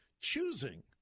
Choosing